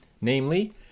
Namely